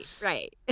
Right